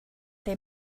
they